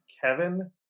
Kevin